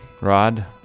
rod